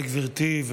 תודה לגברתי.